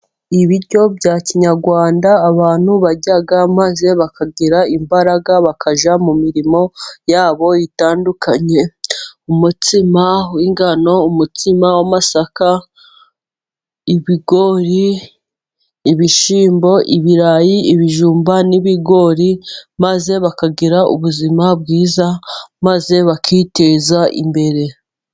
Ibiryo bya kinyarwanda abantu barya maze bakagira imbaraga bakajya mu mirimo yabo itandukanye, umutsima w'ingano, umutsima w'amasaka, ibigori ibishyimbo, ibirayi, ibijumba n'ibigori, maze bakagira ubuzima bwiza, maze bakiteza imbere.